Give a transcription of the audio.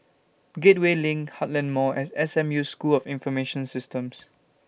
Gateway LINK Heartland Mall and S M U School of Information Systems